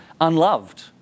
unloved